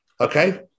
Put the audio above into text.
okay